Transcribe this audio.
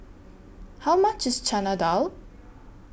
How much IS Chana Dal